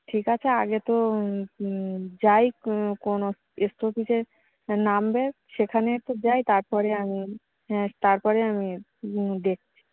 ঠিক আছে আগে তো যাই কোন ও স্টপেজে নামবেন সেখানে তো যাই তার পরে আমি হ্যাঁ তার পরে আমি দেখছি